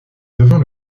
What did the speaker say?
devant